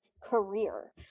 career